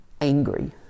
angry